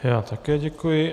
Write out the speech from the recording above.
Já také děkuji.